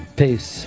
peace